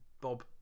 Bob